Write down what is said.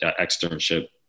externship